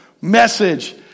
message